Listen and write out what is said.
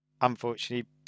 Unfortunately